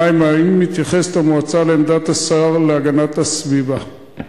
2. האם מתייחסת המועצה לעמדת השר להגנת הסביבה בעניין הקפאת הבנייה?